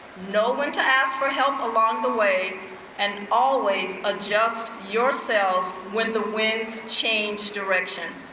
know when to ask for help along the way and always adjust yourselves when the winds change direction.